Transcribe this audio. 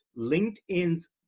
LinkedIn's